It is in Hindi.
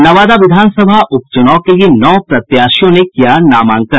नवादा विधानसभा उपचुनाव के लिए नौ प्रत्याशियों ने किया नामांकन